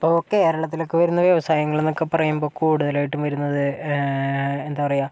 ഇപ്പം കേരളത്തിലൊക്കെ വരുന്ന വ്യവസായങ്ങൾ എന്നൊക്കെ പറയുമ്പോൾ കൂടുതലായിട്ടും വരുന്നത് എന്താ പറയുക